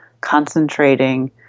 concentrating